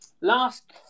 Last